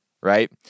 right